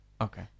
Okay